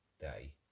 day